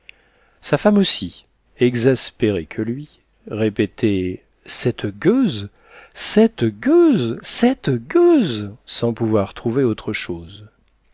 sa femme aussi exaspérée que lui répétait cette gueuse cette gueuse cette gueuse sans pouvoir trouver autre chose